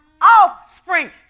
offspring